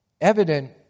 evident